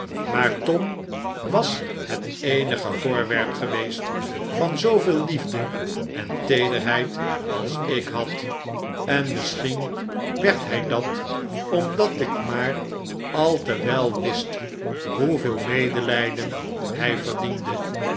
maar tom was het eenige voorwerp geweest van zooveel liefde en teederheid als ik had en misschien werd hij dat omdat ik maar al te wel wist hoeveel medelijden hij verdiende